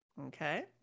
Okay